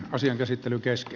asian käsittely kesti